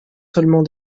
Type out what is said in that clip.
seulement